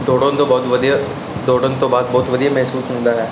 ਦੌੜਨ ਤੋਂ ਬਹੁਤ ਵਧੀਆ ਦੌੜਨ ਤੋਂ ਬਾਅਦ ਬਹੁਤ ਵਧੀਆ ਮਹਿਸੂਸ ਹੁੰਦਾ ਹੈ